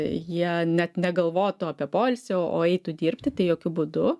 jie net negalvotų apie poilsį o eitų dirbti tai jokiu būdu